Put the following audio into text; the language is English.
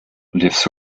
lives